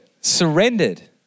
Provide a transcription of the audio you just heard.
surrendered